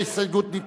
ההסתייגות של שר